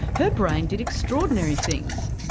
her brain did extraordinary things.